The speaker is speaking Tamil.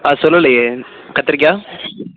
அதை சொல்லுலையே கத்திரிக்காய்